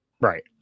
Right